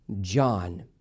John